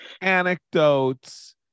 anecdotes